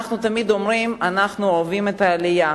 אנחנו תמיד אומרים, אנחנו אוהבים את העלייה.